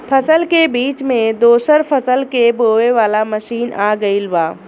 फसल के बीच मे दोसर फसल के बोवे वाला मसीन आ गईल बा